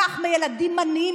לקח מילדים עניים,